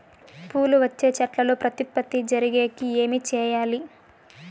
పూలు వచ్చే చెట్లల్లో ప్రత్యుత్పత్తి జరిగేకి ఏమి చేయాలి?